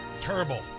Terrible